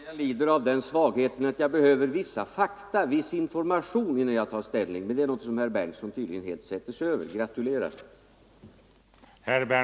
Herr talman! Jag lider av den svagheten att jag behöver vissa fakta, viss information, innan jag tar ställning. Men det är någonting som herr Berndtson tydligen helt sätter sig över. Gratulerar!